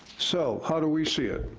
so, how do we see it?